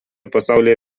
pasaulyje